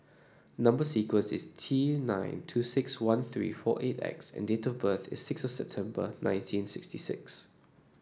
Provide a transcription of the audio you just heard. number sequence is T nine two six one three four eight X and date of birth is sixth September nineteen sixty six